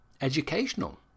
educational